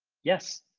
yes,